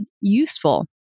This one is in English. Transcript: useful